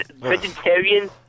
vegetarian